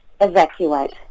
Evacuate